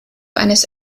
eines